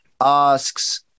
asks